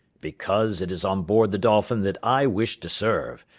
because it is on board the dolphin that i wish to serve,